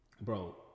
bro